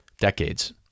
decades